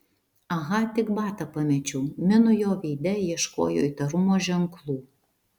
aha tik batą pamečiau minu jo veide ieškojo įtarumo ženklų